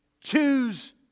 Choose